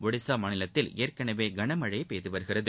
ஒடிசா மாநிலத்தில் ஏற்கனவே கனமழை பெய்துவருகிறது